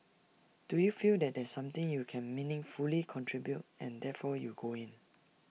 do you feel that there's something you can meaningfully contribute and therefore you go in